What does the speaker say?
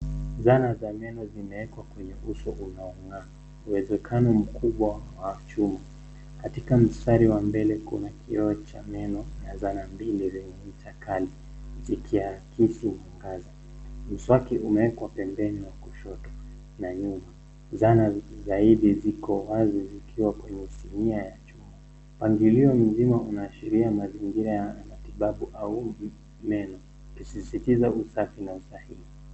Zana za meno zimewekwa kwenye uso unaongaa uwezekano mkubwa wa chuma, katika mstari wa mbele kuna kioo cha meno ya zana mbili zenye ncha kali , mswaki umewekwa pembeni na kushoto na nyuma zana zaidi ziko wazi zikiwa kwenye sinia ya chuma mpangilio mzima unaashiria mazingira ya matibabu au meno ikisisitiza usafi na usahihi.